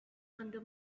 under